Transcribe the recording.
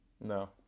No